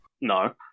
No